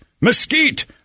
mesquite